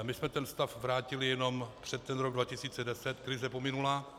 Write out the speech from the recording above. My jsme ten stav vrátili jenom před ten rok 2010, krize pominula.